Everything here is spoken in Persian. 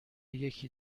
یکی